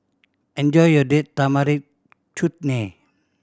enjoy your Date Tamarind Chutney